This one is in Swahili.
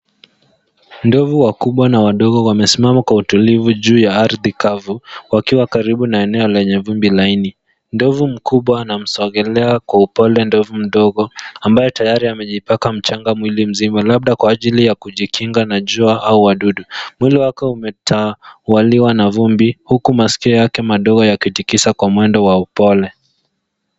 Ndovu wakubwa na wadogo wamesimama kwa utulivu juu ya ardhi kavu wakiwa karibu na eneo lenye vumbi laini. Ndovu mkubwa ana msongelea kwa upole ndovu mdogo ambaye tayari amejipaka mchanga mwili mzima labda kwa ajili ya kujikinga na jua au wadudu. Mwili wake umetawaliwa na vumbi huku masikio yake madogo ya kitikisa kwa mwendo wa upole.